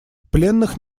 пленных